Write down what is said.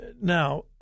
Now